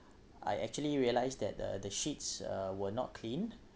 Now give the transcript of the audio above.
I actually realised that the the sheets uh were not cleaned